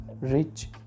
rich